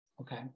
okay